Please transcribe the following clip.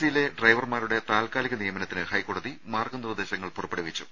സിയിലെ ഡ്രൈവർമാരുടെ താൽക്കാലിക നിയമനത്തിന് ഹൈക്കോടതി മാർഗ്ഗ നിർദ്ദേശങ്ങൾ പുറപ്പെടുവിച്ചു